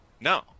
No